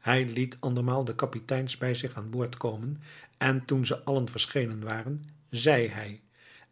hij liet andermaal de kapiteins bij zich aanboord komen en toen ze allen verschenen waren zei hij